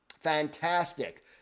fantastic